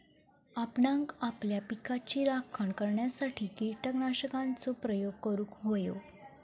आपणांक आपल्या पिकाची राखण करण्यासाठी कीटकनाशकांचो प्रयोग करूंक व्हयो